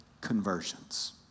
conversions